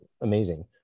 amazing